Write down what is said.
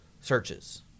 searches